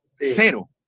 Cero